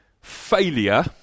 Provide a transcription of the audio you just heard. Failure